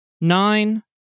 nine